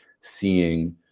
seeing